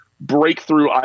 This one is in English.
breakthrough